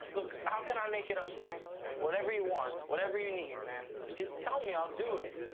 look, how can i make it up to you? whatever you want, whatever you need, man. just tell me, i'll do it.